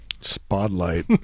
spotlight